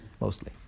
Mostly